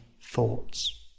thoughts